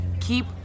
Keep